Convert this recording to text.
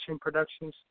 productions